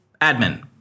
Admin